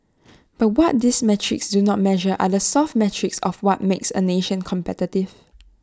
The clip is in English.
but what these metrics do not measure are the soft metrics of what makes A nation competitive